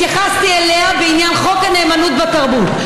התייחסתי אליה בעניין חוק הנאמנות בתרבות.